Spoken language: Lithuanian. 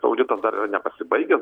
auditas dar nepasibaigęs